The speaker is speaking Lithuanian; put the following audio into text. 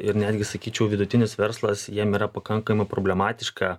ir netgi sakyčiau vidutinis verslas jiem yra pakankamai problematiška